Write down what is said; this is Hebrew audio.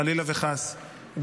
חלילה וחס,